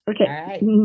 okay